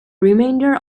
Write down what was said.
remainder